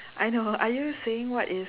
I know are you saying what is